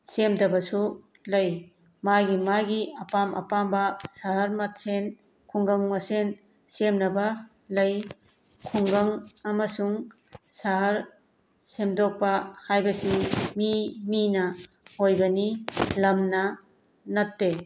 ꯁꯦꯝꯗꯕꯁꯨ ꯂꯩ ꯃꯥꯒꯤ ꯃꯥꯒꯤ ꯑꯄꯥꯝ ꯑꯄꯥꯝꯕ ꯁꯍꯔ ꯃꯁꯦꯜ ꯈꯨꯡꯒꯪ ꯃꯁꯦꯜ ꯁꯦꯝꯅꯕ ꯂꯩ ꯈꯨꯡꯒꯪ ꯑꯃꯁꯨꯡ ꯁꯍꯔ ꯁꯦꯝꯗꯣꯛꯄ ꯍꯥꯏꯕꯁꯤ ꯃꯤ ꯃꯤꯅ ꯑꯣꯏꯕꯅꯤ ꯂꯝꯅ ꯅꯠꯇꯦ